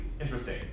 interesting